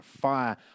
fire